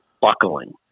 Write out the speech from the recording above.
buckling